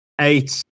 eight